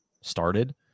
started